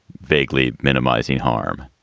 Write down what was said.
vaguely minimizing harm?